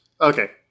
Okay